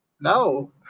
No